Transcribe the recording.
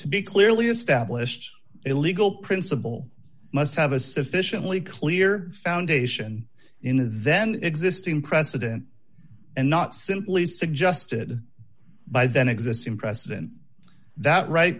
to be clearly established a legal principle must have a sufficiently clear foundation in the then existing precedent and not simply suggested by then existing precedent that right